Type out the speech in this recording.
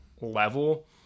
level